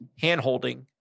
hand-holding